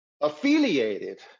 affiliated